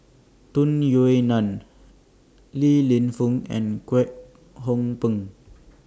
Tung Yue Nang Li Lienfung and Kwek Hong Png